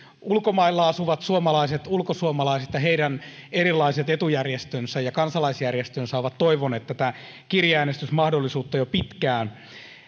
ulkomailla asuvat suomalaiset ulkosuomalaiset ja heidän erilaiset etujärjestönsä ja kansalaisjärjestönsä ovat toivoneet tätä kirjeäänestysmahdollisuutta jo pitkään